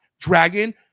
dragon